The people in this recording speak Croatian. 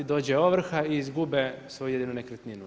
Dođe ovrhe i izgube svoju jedinu nekretninu.